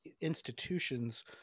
institutions